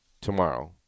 Tomorrow